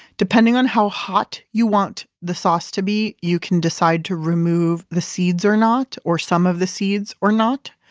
depending on how hot you want the sauce to be you can decide to remove the seeds or not, or some of the seeds or not.